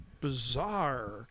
bizarre